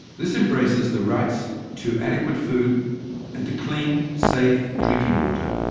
this embraces the rights to adequate food and to clean, safe drinking water.